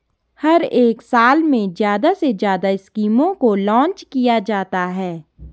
हर एक साल में ज्यादा से ज्यादा स्कीमों को लान्च किया जाता है